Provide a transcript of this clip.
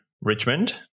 Richmond